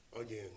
again